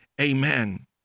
amen